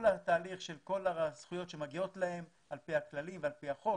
כל התהליך של כל הזכויות שמגיעות להם על פי הכללים ועל פי החוק,